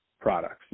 products